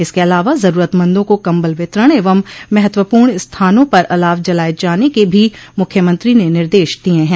इसके अलावा जरूरतमंदों को कम्बल वितरण एवं महत्वपूर्ण स्थानों पर अलाव जलाये जाने के भी मुख्यमंत्री ने निर्देश दिये हैं